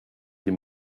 des